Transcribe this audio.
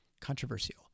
controversial